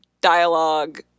dialogue